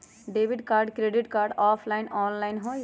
Debit card credit card offline online होई?